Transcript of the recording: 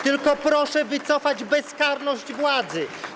Tylko proszę wycofać bezkarność władzy.